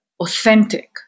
authentic